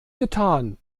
getan